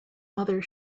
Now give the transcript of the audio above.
mother